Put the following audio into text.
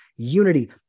unity